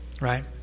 right